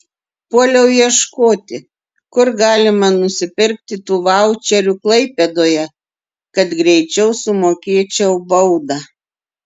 puoliau ieškoti kur galima nusipirkti tų vaučerių klaipėdoje kad greičiau sumokėčiau baudą